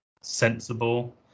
sensible